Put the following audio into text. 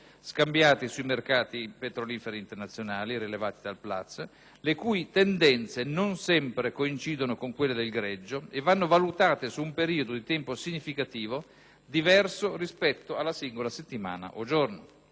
scambiati sui mercati petroliferi internazionali, (rilevati dal Platts) le cui tendenze non sempre coincidono con quelle del greggio e vanno valutate su un periodo di tempo significativo, diverso rispetto alla singola settimana o giorno;